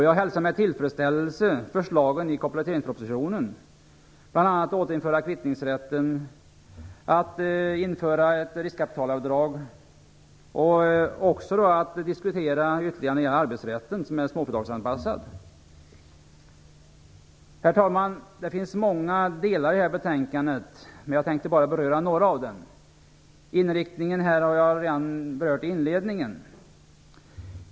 Jag hälsar med tillfredsställelse förslagen i kompletteringspropositionen, bl.a. återinförandet av kvittningsrätten, införandet av ett riskkapitalavdrag och viljan att diskutera en arbetsrätt som är småföretagsanpassad. Herr talman! Det finns många delar i det här betänkandet, men jag tänker bara beröra några av dem. Jag har redan i inledningen berört inriktningen.